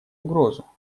угрозу